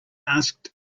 asked